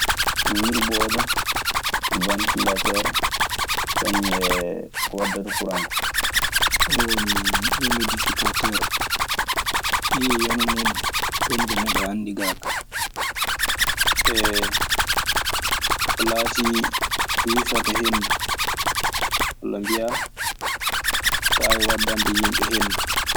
Wirɓode, watilater, kanium ee ko wadata kuran ko. Ɗun woni imidifikateer. Ɗii e hono muuɗun woni ko neɗɗo anndi gaa kaa. ko laati ko wifata henndu wallu mbiya ko waddande yimɓe henndu.